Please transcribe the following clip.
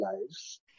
lives